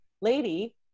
lady